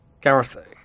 Gareth